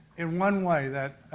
in one way that